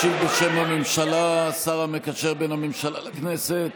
ישיב, בשם הממשלה, השר המקשר בין הממשלה לכנסת